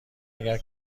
اگر